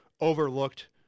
overlooked